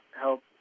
help